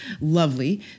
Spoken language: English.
Lovely